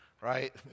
right